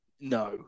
No